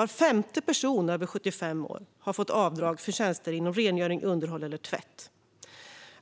Var femte person över 75 år har fått avdrag för tjänster inom rengöring, underhåll eller tvätt.